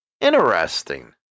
Interesting